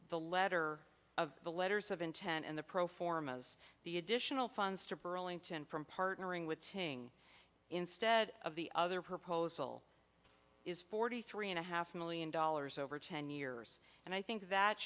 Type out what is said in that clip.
the letter of the letters of intent and the pro forma as the additional funds to burlington from partnering with sting instead of the other proposal is forty three and a half million dollars over ten years and i think that